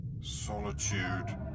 solitude